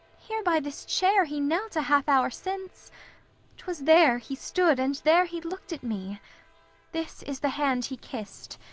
here by this chair he knelt a half hour since twas there he stood, and there he looked at me this is the hand he kissed,